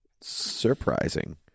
surprising